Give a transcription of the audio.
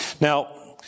Now